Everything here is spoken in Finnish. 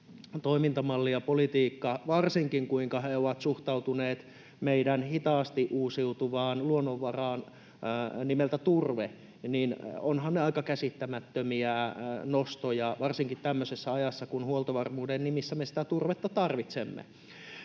toimintamalli ja politiikka, varsinkin se, kuinka he ovat suhtautuneet meidän hitaasti uusiutuvaan luonnonvaraan nimeltä turve, on aika käsittämättömiä nostoja varsinkin tämmöisessä ajassa, kun huoltovarmuuden nimissä me sitä turvetta tarvitsemme.